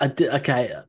okay